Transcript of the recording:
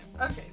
Okay